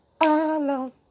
alone